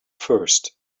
first